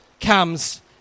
comes